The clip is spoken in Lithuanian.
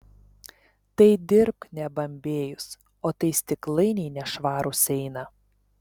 tai dirbk nebambėjus o tai stiklainiai nešvarūs eina